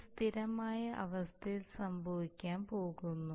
ഇത് സ്ഥിരമായ അവസ്ഥയിൽ സംഭവിക്കാൻ പോകുന്നു